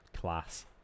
class